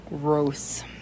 Gross